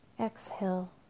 Exhale